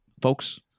Folks